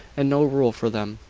and no rule for them.